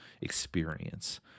experience